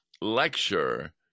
lecture